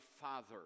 father